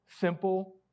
Simple